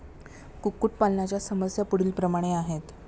कुक्कुटपालनाच्या समस्या पुढीलप्रमाणे आहेत